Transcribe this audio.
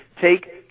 take